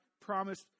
promised